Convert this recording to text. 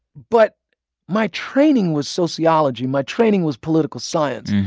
but my training was sociology. my training was political science.